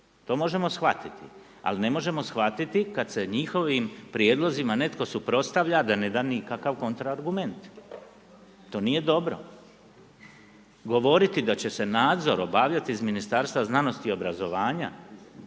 to možemo shvatiti ali ne možemo shvatiti kada se njihovim prijedlozima netko suprotstavlja da ne da nikakav kontra argument i to nije dobro. Govoriti da će se nadzor obavljati iz Ministarstva znanosti i obrazovanja